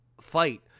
fight